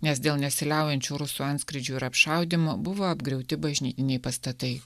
nes dėl nesiliaujančių rusų antskrydžių ir apšaudymų buvo apgriauti bažnytiniai pastatai